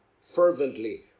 fervently